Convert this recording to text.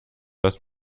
dass